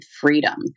freedom